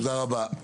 תודה רבה.